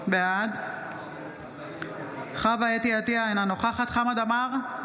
בעד חוה אתי עטייה, אינה נוכחת חמד עמאר,